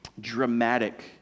dramatic